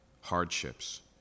hardships